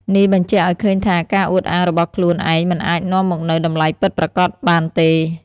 នេះបញ្ជាក់ឱ្យឃើញថា ការអួតអាងរបស់ខ្លួនឯងមិនអាចនាំមកនូវតម្លៃពិតប្រាកដបានទេ។